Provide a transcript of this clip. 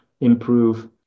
improve